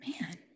Man